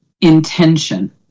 intention